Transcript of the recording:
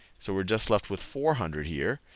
so we're just left with four hundred here.